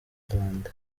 zealand